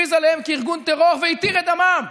הכריז עליהם ארגון טרור והתיר את דמם.